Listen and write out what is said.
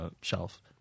shelf